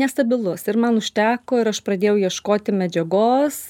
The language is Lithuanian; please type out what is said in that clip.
nestabilus ir man užteko ir aš pradėjau ieškoti medžiagos